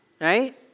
right